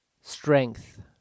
strength